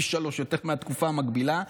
פי שלושה יותר מהתקופה המקבילה,